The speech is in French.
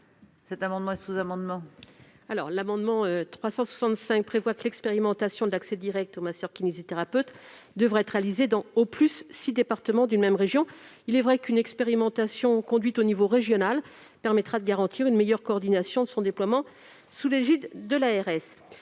L'amendement n° 365 rectifié prévoit que l'expérimentation de l'accès direct aux masseurs-kinésithérapeutes devra être réalisée dans « au plus six départements d'une même région ». Il est vrai qu'une expérimentation conduite au niveau régional permettra de garantir une meilleure coordination de son déploiement sous l'égide de l'ARS.